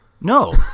No